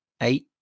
eight